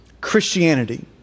Christianity